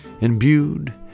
imbued